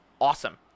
awesome